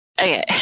Okay